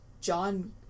John